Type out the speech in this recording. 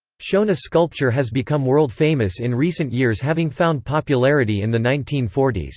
shona sculpture has become world-famous in recent years having found popularity in the nineteen forty s.